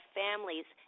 families